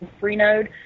Freenode